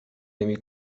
نمی